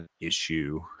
issue